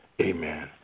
Amen